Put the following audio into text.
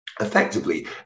effectively